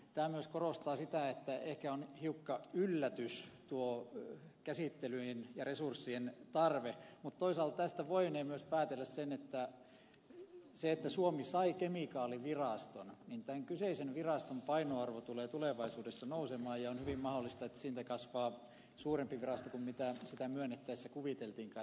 tämä myös korostaa sitä että ehkä on hiukka yllätys tuo käsittelyjen ja resurssien tarve mutta toisaalta tästä voinee myös päätellä sen että kun suomi sai kemikaaliviraston tämän kyseisen viraston painoarvo tulee tulevaisuudessa nousemaan ja on hyvin mahdollista että siitä kasvaa suurempi virasto kuin sitä myönnettäessä kuviteltiinkaan